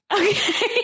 Okay